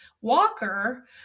walker